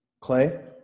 Clay